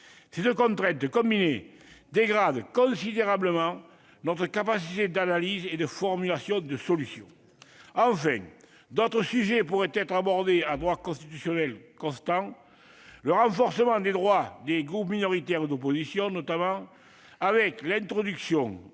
deux contraintes combinées dégradent considérablement notre capacité d'analyse et de formulation de solutions. Enfin, d'autres sujets pourraient être abordés à droit constitutionnel constant : le renforcement des droits des groupes minoritaires ou d'opposition notamment, avec l'introduction